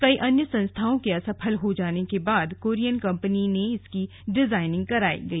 कई अन्य संस्थाओं के असफल हो जाने के बाद कोरियन कंपनी से इसकी डिजायनिंग कराई गई